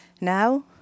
Now